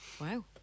Wow